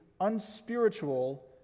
unspiritual